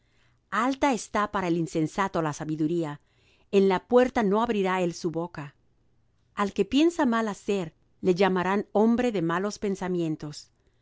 alta está para el insensato la sabiduría en la puerta no abrirá él su boca al que piensa mal hacer le llamarán hombre de malos pensamientos